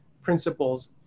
principles